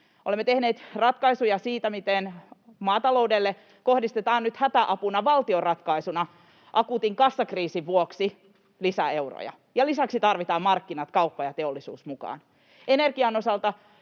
Olemme tehneet ratkaisuja siitä, miten maataloudelle kohdistetaan nyt hätäapuna valtion ratkaisuna akuutin kassakriisin vuoksi lisäeuroja, ja lisäksi tarvitaan markkinat, kauppa ja teollisuus mukaan. Energian osalta